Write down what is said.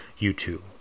YouTube